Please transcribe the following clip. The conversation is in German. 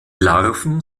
larven